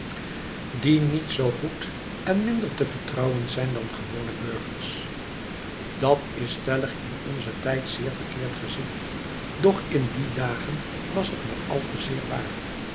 die niet zoo goed en minder te vertrouwen zijn dan gewone burgers dat is stellig in onzen tijd zeer verkeerd gezien doch in die dagen was het maar al te zeer waar